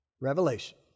revelation